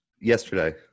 Yesterday